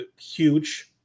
huge